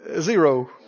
zero